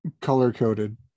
color-coded